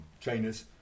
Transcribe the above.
trainers